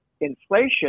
inflation